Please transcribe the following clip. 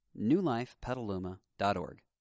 newlifepetaluma.org